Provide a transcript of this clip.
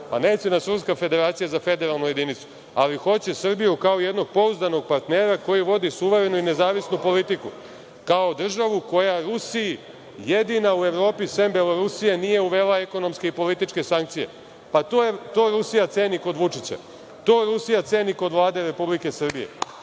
Pa neće nas Ruska Federacija za federalnu jedinicu, ali hoće Srbiju kao jednog pouzdanog partnera koji vodi suverenu i nezavisnu politiku kao državu koja Rusiji jedina u Evropi, sem Belorusije, nije uvela ekonomske i političke sankcije. To Rusija ceni kod Vučića. To Rusija ceni kod Vlade Republike Srbije. Na